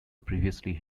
previously